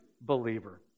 believer